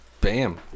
Bam